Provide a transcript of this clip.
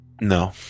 No